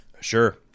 Sure